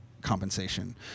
compensation